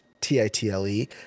T-I-T-L-E